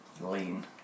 lean